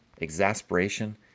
exasperation